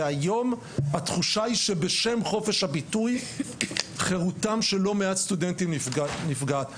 והיום התחושה היא שבשם חופש הביטוי חירותם של לא מעט סטודנטים נפגעת.